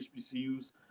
HBCUs